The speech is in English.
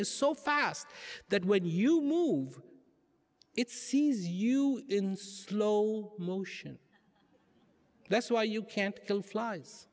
is so fast that when you move it sees you in slow motion that's why you can't kill flies